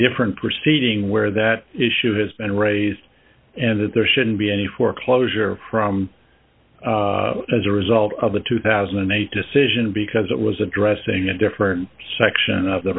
different proceeding where that issue has been raised and that there shouldn't be any foreclosure from as a result of the two thousand and eight decision because it was addressing a different section of the